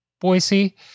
Boise